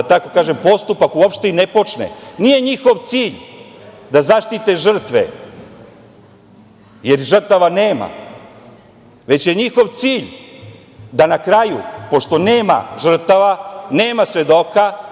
da tako kažem, postupak uopšte i ne počne. Nije njihov cilj da zaštite žrtve, jer žrtava nema, već je njihov cilj da na kraju pošto nema žrtava, nema svedoka,